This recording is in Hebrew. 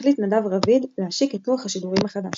בלוח השידורים החדש